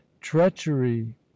treachery